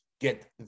get